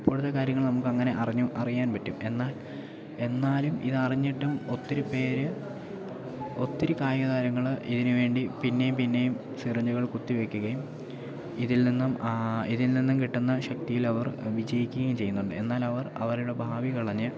ഇപ്പോഴത്തെ കാര്യങ്ങൾ നമുക്കങ്ങനെ അറിഞ്ഞു അറിയാൻ പറ്റും എന്നാൽ എന്നാലും ഇതറിഞ്ഞിട്ടും ഒത്തിരി പേര് ഒത്തിരി കായികതാരങ്ങൾ ഇതിനു വേണ്ടി പിന്നെയും പിന്നെയും സിറിഞ്ചുകൾ കുത്തിവെക്കുകയും ഇതിൽനിന്നും ഇതിൽനിന്നും കിട്ടുന്ന ശക്തിയിൽ അവർ വിജയിക്കുകയും ചെയ്യുന്നുണ്ട് എന്നാൽ അവർ അവരുടെ ഭാവി കളഞ്ഞ്